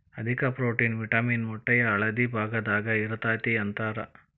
ಅಧಿಕ protein, vitamin ಮೊಟ್ಟೆಯ ಹಳದಿ ಭಾಗದಾಗ ಇರತತಿ ಅಂತಾರ